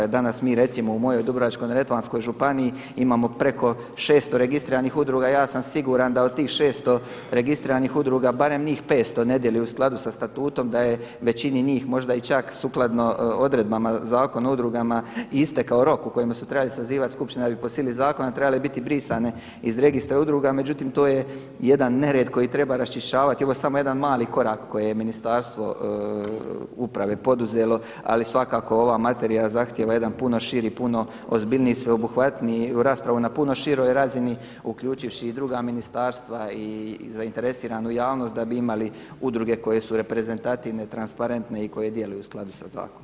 Jer danas mi recimo u mojoj Dubrovačko-neretvanskoj županiji imamo preko 600 registriranih udruga a ja sam siguran da od tih 600 registriranih udruga barem njih 500 ne dijeli u skladu sa statutom, da je većini njih možda i čak sukladno odredbama Zakona o udrugama istekao rok u kojemu su trebali sazivati skupštine jer bi po sili zakona trebale biti brisane iz registra udruga, međutim to je jedan nered koji treba raščišćavati, ovo je samo jedan mali korak koji je Ministarstvo uprave poduzelo ali svakako ova materija zahtjeva jedan puno širi, puno ozbiljniji i sve obuhvatniji, u raspravu na puno široj razini uključivši i druga ministarstva i zainteresiranu javnost da bi imali udruge koje su reprezentativne i transparente i koje djeluju u skladu sa zakonom.